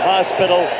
Hospital